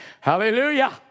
hallelujah